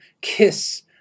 KISS